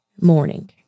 morning